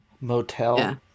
motel